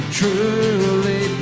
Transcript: truly